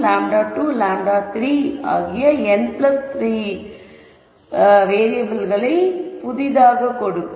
xn λ1 λ2 λ3 ஆக n3 வேறியபிள்கள் இருக்கும்